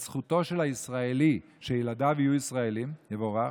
את זכותו של הישראלי שילדיו יהיו ישראלים, יבורך.